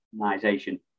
organisation